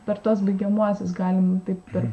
per tuos baigiamuosius galim taip